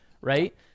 right